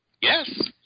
Yes